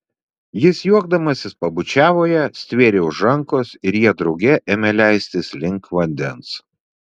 jis juokdamasis pabučiavo ją stvėrė už rankos ir jie drauge ėmė leistis link vandens